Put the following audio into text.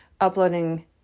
uploading